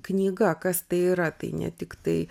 knyga kas tai yra tai ne tiktai